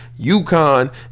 UConn